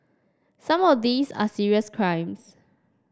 some of these are serious crimes